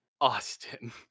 Austin